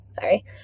Sorry